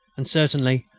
and certainly,